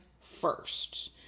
first